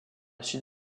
suite